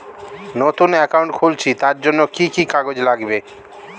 নতুন অ্যাকাউন্ট খুলছি তার জন্য কি কি কাগজ লাগবে?